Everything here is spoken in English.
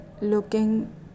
looking